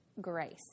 grace